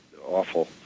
awful